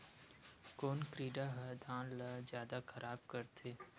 कोन कीड़ा ह धान ल जादा खराब करथे?